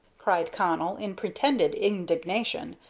cried connell, in pretended indignation.